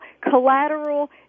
collateral